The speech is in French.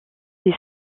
des